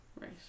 Right